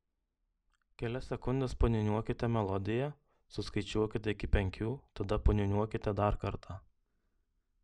kelias sekundes paniūniuokite melodiją suskaičiuokite iki penkių tada paniūniuokite dar kartą